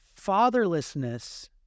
fatherlessness